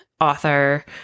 author